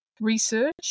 research